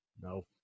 No